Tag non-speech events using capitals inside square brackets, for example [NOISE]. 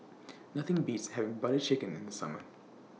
[NOISE] Nothing Beats having Butter Chicken in The Summer